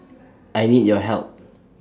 I need your help